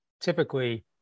typically